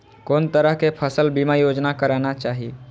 कोन तरह के फसल बीमा योजना कराना चाही?